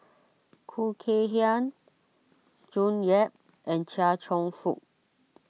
Khoo Kay Hian June Yap and Chia Cheong Fook